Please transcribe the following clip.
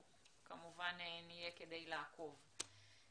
כמובן, נהיה כדי לעקוב.